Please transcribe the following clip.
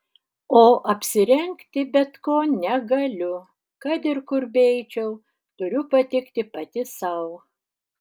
o apsirengti bet ko negaliu kad ir kur beeičiau turiu patikti pati sau